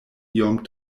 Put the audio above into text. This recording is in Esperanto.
iom